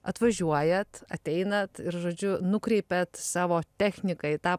atvažiuojat ateinat ir žodžiu nukreipiat savo techniką į tą